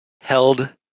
held